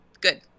good